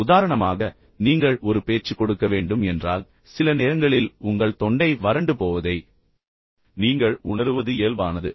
உதாரணமாக நீங்கள் ஒரு பேச்சு கொடுக்க வேண்டும் என்றால் சில நேரங்களில் உங்கள் தொண்டை வறண்டு போவதை நீங்கள் உணருவது இயல்பானது